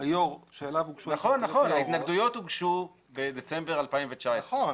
היו"ר שאליו הוגשו ההתנגדויות להורות --- נכון.